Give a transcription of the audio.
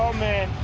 man.